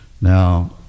now